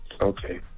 Okay